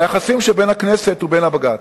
והיחסים שבין הכנסת ובין הבג"ץ.